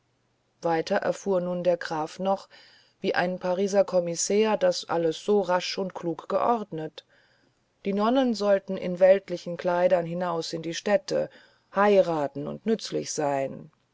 weiter erfuhr nun der graf noch wie ein pariser kommissär das alles so rasch und klug geordnet die nonnen sollten nun in weltlichen kleidern hinaus in die städte heiraten und nützlich sein